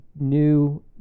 new